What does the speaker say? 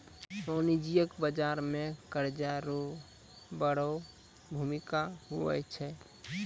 वाणिज्यिक बाजार मे कर्जा रो बड़ो भूमिका हुवै छै